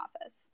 office